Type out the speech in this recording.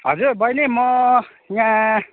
हजुर बहिनी म यहाँ